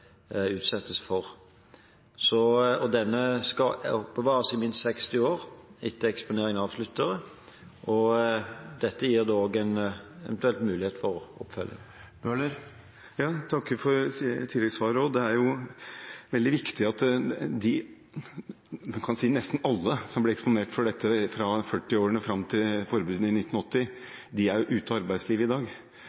utsettes for. Dette skal oppbevares i minst 60 år etter at eksponeringen er avsluttet, og dette gir også en eventuell mulighet for oppfølging. Jeg takker for tilleggssvaret også. Det er veldig viktig at de, en kan si nesten alle, som ble eksponert for dette fra 1940-årene fram til forbudet i 1980,